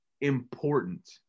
important